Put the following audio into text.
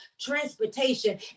transportation